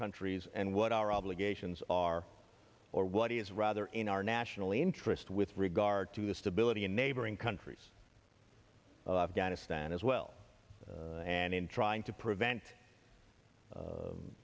countries and what our obligations are or what is rather in our national interest with regard to the stability in neighboring countries of ghana stand as well and in trying to prevent